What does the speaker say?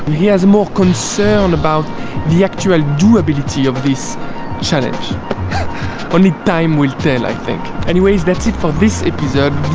he has more concern about the actual durability of this challenge only time will tell i think anyways, that's it for this episode.